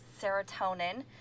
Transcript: serotonin